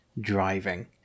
driving